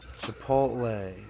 Chipotle